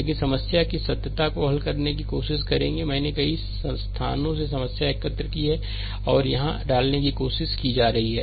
लेकिन समस्या की सत्यता को हल करने की कोशिश करेंगे मैंने कई स्थानों से समस्या एकत्र की है और इसे यहां डालने की कोशिश की जा रही है